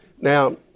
Now